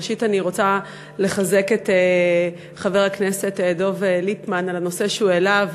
ראשית אני רוצה לחזק את חבר הכנסת דב ליפמן בנושא שהוא העלה.